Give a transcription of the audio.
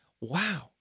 wow